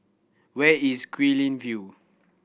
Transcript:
where is Guilin View